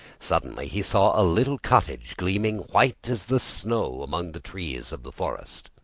suddenly he saw a little cottage gleaming white as the snow among the trees of the forest.